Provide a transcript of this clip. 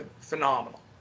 phenomenal